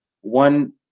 one